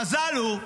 המזל הוא,